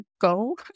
go